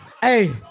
Hey